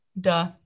Duh